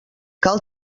cal